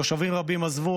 תושבים רבים עזבו,